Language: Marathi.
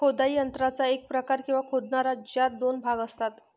खोदाई यंत्राचा एक प्रकार, किंवा खोदणारा, ज्यात दोन भाग असतात